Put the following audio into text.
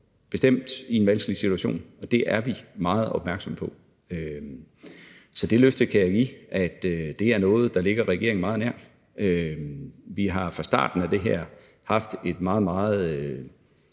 bestemt er i en vanskelig situation. Det er vi meget opmærksomme på. Så jeg kan give det løfte, at det er noget, der ligger regeringen meget på sinde. Vi har fra starten af det her haft et meget, meget